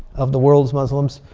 of the world's muslims,